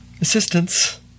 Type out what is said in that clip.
assistance